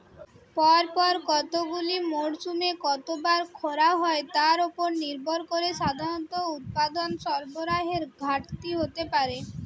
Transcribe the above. পরপর কতগুলি মরসুমে কতবার খরা হয় তার উপর নির্ভর করে সাধারণত উৎপাদন সরবরাহের ঘাটতি হতে পারে